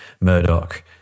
Murdoch